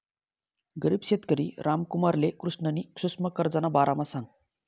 गरीब शेतकरी रामकुमारले कृष्णनी सुक्ष्म कर्जना बारामा सांगं